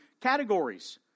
categories